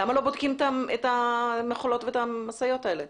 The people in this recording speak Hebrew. למה לא בודקים את המכולות ואת המשאיות האלה?